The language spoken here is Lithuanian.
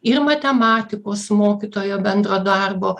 ir matematikos mokytojo bendro darbo